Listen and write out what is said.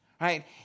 right